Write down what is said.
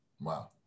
Wow